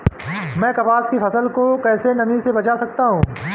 मैं कपास की फसल को कैसे नमी से बचा सकता हूँ?